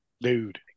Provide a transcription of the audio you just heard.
Dude